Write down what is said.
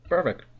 Perfect